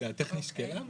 יש כאן תיקונים